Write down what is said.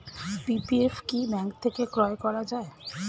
PPF কি bank থেকে ক্রয় করা যায়?